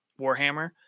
warhammer